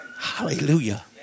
Hallelujah